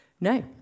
No